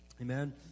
Amen